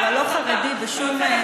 אבל לא חרדי בשום,